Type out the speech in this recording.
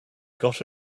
got